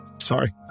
Sorry